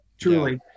truly